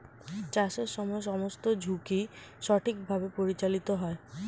চাষের সময় সমস্ত ঝুঁকি সঠিকভাবে পরিচালিত হয়